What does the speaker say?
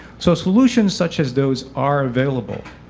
so solutions such as those are available,